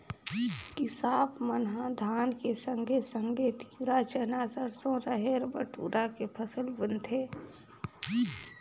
किसाप मन ह धान के संघे संघे तिंवरा, चना, सरसो, रहेर, बटुरा के फसल बुनथें